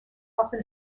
often